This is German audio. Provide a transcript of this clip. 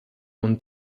und